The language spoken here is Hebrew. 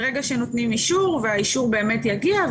ברגע שנותנים אישור והאישור באמת יגיע,